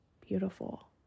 beautiful